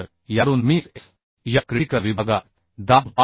तर यावरून मी x x या क्रिटिकल विभागात दाब 5